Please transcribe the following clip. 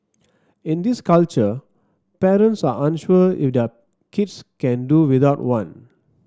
in this culture parents are unsure if their kids can do without one